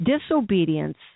Disobedience